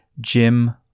Jim